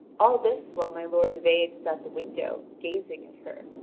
all this while my lord yvain is at the window gazing at her,